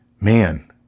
man